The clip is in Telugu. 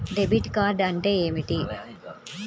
డెబిట్ కార్డ్ అంటే ఏమిటి?